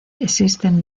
existen